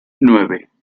nueve